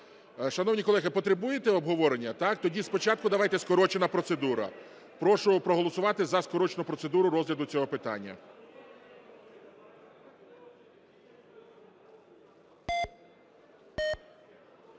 Шановні колеги, потребуєте обговорення, так? Тоді спочатку давайте скорочена процедура. Прошу проголосувати за скорочену процедуру розгляду цього питання.